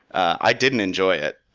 i didn't enjoy it,